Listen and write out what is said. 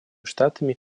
штатами